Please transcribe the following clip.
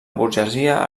burgesia